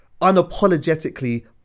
Unapologetically